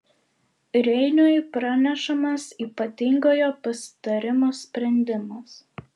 reiniui pranešamas ypatingojo pasitarimo sprendimas